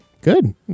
Good